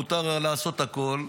מותר לעשות הכול,